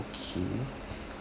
okay